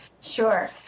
Sure